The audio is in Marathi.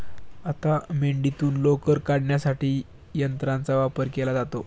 आता मेंढीतून लोकर काढण्यासाठी यंत्राचा वापर केला जातो